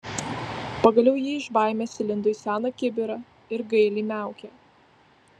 pagaliau ji iš baimės įlindo į seną kibirą ir gailiai miaukė